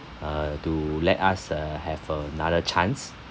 uh to let us uh have another chance